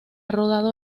rodado